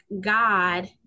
God